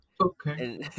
Okay